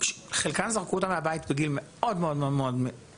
חלקן זרקו אותן מהבית בגיל מאוד מאוד צעיר.